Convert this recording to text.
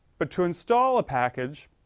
but to install a package